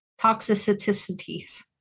Toxicities